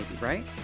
right